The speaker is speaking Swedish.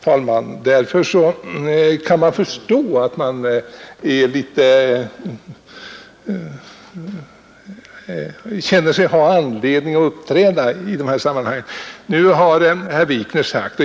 Därför, fru talman, kan jag förstå att man känner sig ha anledning att uppträda i dessa sammanhang.